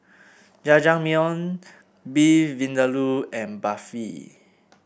Jajangmyeon Beef Vindaloo and Barfi